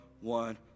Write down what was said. one